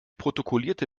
protokollierte